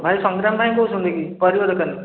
ଭାଇ ସଂଗ୍ରାମ ଭାଇ କହୁଛନ୍ତି କି ପରିବା ଦୋକାନ